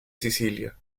sicilia